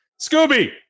Scooby